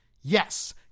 Yes